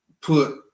put